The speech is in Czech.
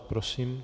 Prosím.